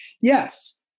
Yes